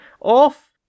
off